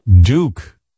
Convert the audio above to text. Duke